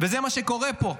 וזה מה שקורה פה.